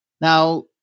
now